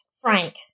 Frank